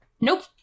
Nope